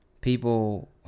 people